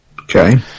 Okay